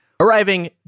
Arriving